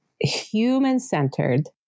human-centered